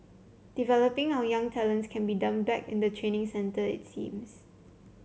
developing our young talents can be done back in the training centre it seems